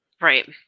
Right